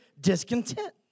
discontent